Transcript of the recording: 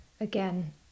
Again